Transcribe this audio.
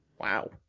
Wow